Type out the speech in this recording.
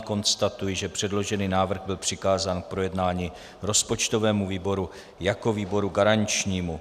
Konstatuji, že předložený návrh byl přikázán k projednání rozpočtovému výboru jako výboru garančnímu.